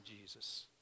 Jesus